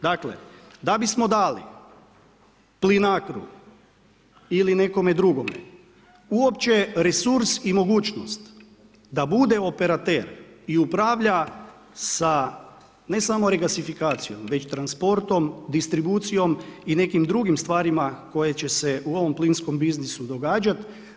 Dakle, da bismo dali PLINACRO-u ili nekome drugome uopće resurs i mogućnost da bude operater i upravlja sa ne samo regasifikacijom već transportom, distribucijom i nekim drugim stvarima koje će se u ovom plinskom biznisu događati.